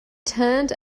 turned